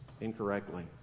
incorrectly